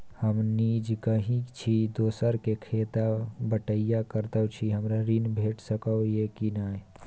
हम निजगही छी, दोसर के खेत बटईया करैत छी, हमरा ऋण भेट सकै ये कि नय?